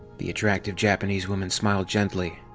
the attractive japanese woman smiled gently.